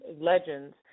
legends